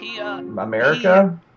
America